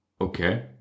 Okay